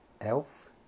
Elf